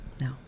No